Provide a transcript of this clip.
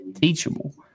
teachable